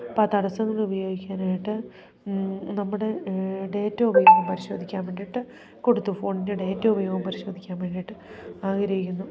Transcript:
അപ്പോൾ ആ തടസ്സങ്ങൾ ഉപയോഗിക്കാനായിട്ട് നമ്മുടെ ഡേറ്റ ഉപയോഗം പരിശോധിക്കാൻ വേണ്ടിയിട്ട് കൊടുത്തു ഫോണിൻ്റെ ഡേറ്റ ഉപയോഗം പരിശോധിക്കാൻ വേണ്ടിയിട്ട് ആഗ്രഹിക്കുന്നു